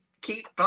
keep